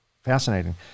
Fascinating